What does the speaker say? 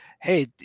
Hey